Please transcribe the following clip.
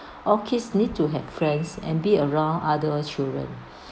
all kids need to have friends and be around other children